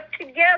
together